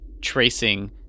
tracing